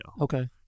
Okay